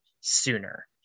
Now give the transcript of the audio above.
sooner